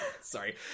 Sorry